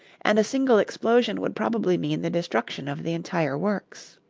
and a single explosion would probably mean the destruction of the entire works.